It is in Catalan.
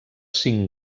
cinc